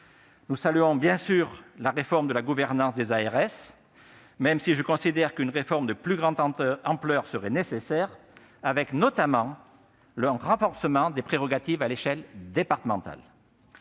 Nous saluons, bien sûr, la réforme de la gouvernance des ARS, même si je considère qu'une réforme de plus grande ampleur serait nécessaire, avec notamment le renforcement des prérogatives à l'échelon départemental.